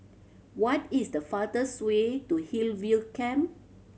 what is the fastest way to Hillview Camp